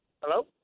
Hello